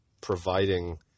providing